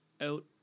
out